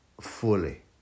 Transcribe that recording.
fully